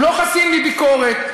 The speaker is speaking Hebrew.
הוא לא חסין מביקורת.